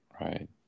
right